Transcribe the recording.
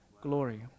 glory